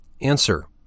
Answer